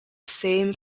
same